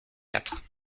quatre